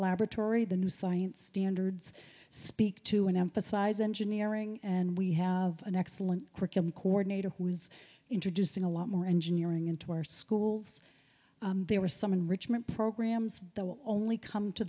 laboratory the new science standards speak to and emphasize engineering and we have an excellent curriculum coordinator who is introducing a lot more engineering into our schools there were some enrichment programs there will only come to